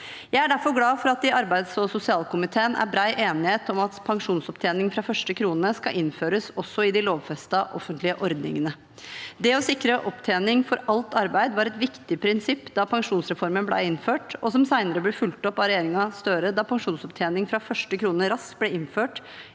Jeg er derfor glad for at det i arbeids- og sosialkomiteen er bred enighet om at pensjonsopptjening fra første krone skal innføres også i de lovfestede offentlige ordningene. Det å sikre opptjening for alt arbeid var et viktig prinsipp da pensjonsreformen ble innført, og noe som senere ble fulgt opp av Støre-regjeringen da pensjonsopptjening fra første krone raskt ble innført